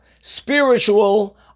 spiritual